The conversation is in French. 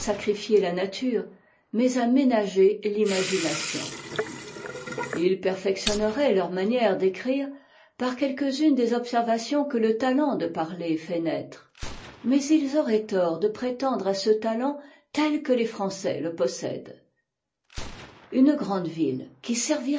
sacrifier la nature mais à ménager l'imagination i s perfectionneraient leur manière d'écrire par quelquesunes des observations que le talent de parler fait naître mais ils auraient tort de prétendre à ce talent tel que les français le possèdent une grande ville qui servirait